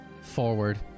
forward